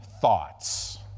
thoughts